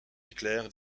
éclair